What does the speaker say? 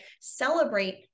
Celebrate